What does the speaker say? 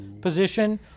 position